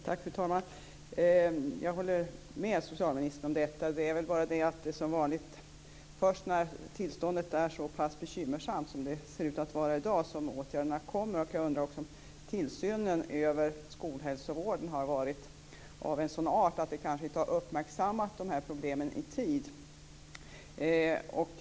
Fru talman! Jag håller med socialministern. Men som vanligt kommer åtgärderna först när tillståndet är så pass bekymmersamt som det är i dag. Jag undrar om tillsynen över skolhälsovården har varit av en sådan art att dessa problem inte uppmärksammats i tid.